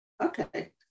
Okay